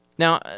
Now